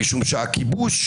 משום שהכיבוש,